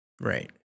right